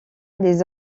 les